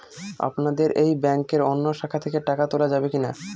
আপনাদের এই ব্যাংকের অন্য শাখা থেকে টাকা তোলা যাবে কি না?